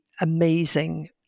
amazing